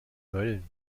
mölln